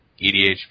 EDH